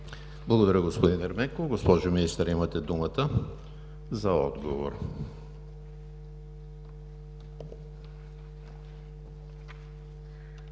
Благодаря, господин Ерменков. Госпожо Министър, имате думата за отговор.